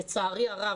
לצערי הרב,